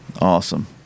Awesome